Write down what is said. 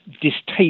distaste